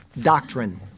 doctrine